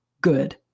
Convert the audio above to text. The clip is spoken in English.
good